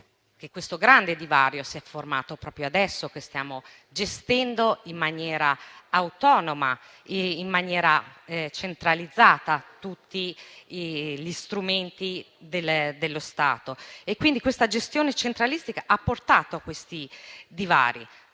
questo grande divario si è formato proprio adesso che stiamo gestendo in maniera centralizzata tutti gli strumenti dello Stato; proprio questa gestione centralistica ha portato a tali divari.